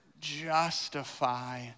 Justify